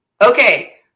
okay